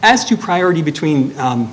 as to priority between